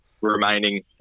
remaining